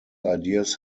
ideas